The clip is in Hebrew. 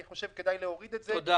אני חושב כדאי להוריד את זה ל-2,650.